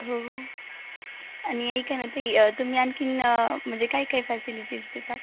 हो हो आणि ऐका ना ताई तुम्ही आणखी म्हणजे काय काय फॅसिलिटीज देतात